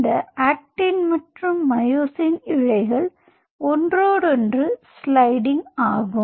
இந்த ஆக்டின் மற்றும் மயோசின் இழைகள் ஒன்றோடொன்று ஸ்லைடிங் ஆகும்